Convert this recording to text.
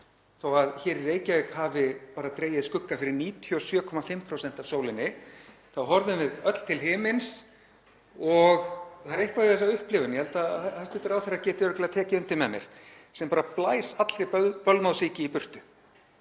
Þó að hér í Reykjavík hafi bara dregið skugga fyrir 97,5% af sólinni þá horfðum við öll til himins og það er eitthvað við þessa upplifun, ég held að hæstv. ráðherra geti örugglega tekið undir með mér, sem bara blæs allri bölmóðssýki í burtu.